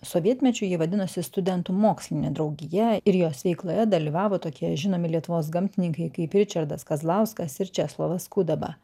sovietmečiu ji vadinosi studentų mokslinė draugija ir jos veikloje dalyvavo tokie žinomi lietuvos gamtininkai kaip ričardas kazlauskas ir česlovas kudaba